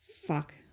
Fuck